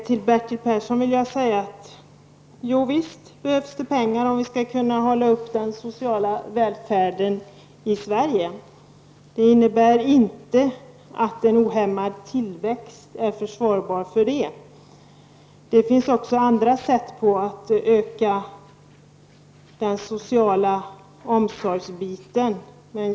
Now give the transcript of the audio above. Till Bertil Persson vill jag säga följande: Ja, visst behövs det pengar för att vi skall kunna behålla den sociala välfärden i Sverige. Men för den skull är en ohämmad tillväxt inte försvarbar. Det finns ju andra sätt att utöka den sociala omsorgen.